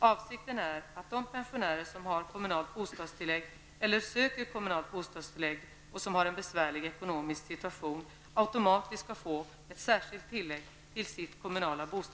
Avsikten är att de pensionärer som har KBT eller söker KBT och som har en besvärlig ekonomisk situation automatiskt skall få ett särskilt tillägg till sitt KBT